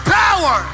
power